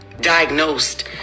diagnosed